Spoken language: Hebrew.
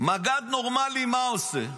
מג"ד נורמלי מה עושה?